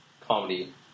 comedy